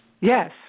Yes